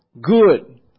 good